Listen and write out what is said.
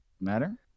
Matter